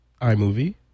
iMovie